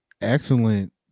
excellent